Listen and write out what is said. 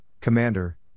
Commander